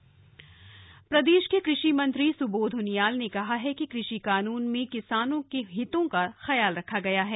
कृषि मंत्री टिहरी प्रदेश के कृषि मंत्री सुबोध उनियाल ने कहा है कि कृषि कानून में किसानों के हितों का ख्याल रखा गया है